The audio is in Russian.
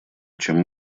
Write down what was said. чем